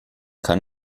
kann